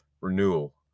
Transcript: renewal